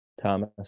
Thomas